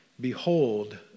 behold